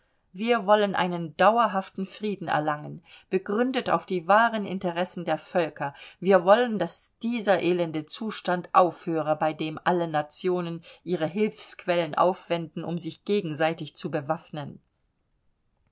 wir wollen einen dauerhaften frieden erlangen begründet auf die wahren interessen der völker wir wollen daß dieser elende zustand aufhöre bei dem alle nationen ihre hilfsquellen aufwenden um sich gegenseitig zu bewaffnen